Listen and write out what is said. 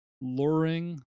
luring